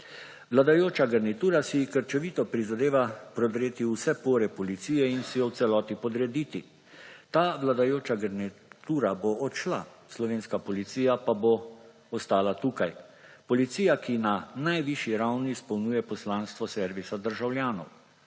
Vladajoča garnitura si krčevito prizadeva prodreti v vse pore policije in si jo v celoti podrediti. Ta vladajoča garnitura bo odšla, slovenska policija pa bo ostala tukaj. Policija, ki na najvišji ravni izpolnjuje poslanstvo servisa državljanov